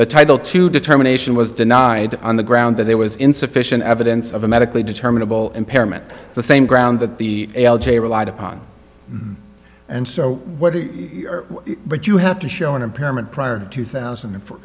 but title two determination was denied on the ground that there was insufficient evidence of a medically determinable impairment the same ground that the a l j relied upon and so what but you have to show an impairment prior two thousand and four